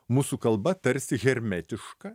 mūsų kalba tarsi hermetiška